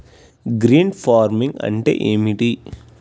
Green farming అంటే ఏమిటి?